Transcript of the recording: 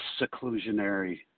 seclusionary